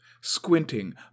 Squinting